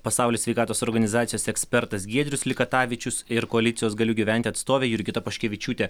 pasaulio sveikatos organizacijos ekspertas giedrius likatavičius ir koalicijos galiu gyventi atstovė jurgita paškevičiūtė